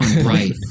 Right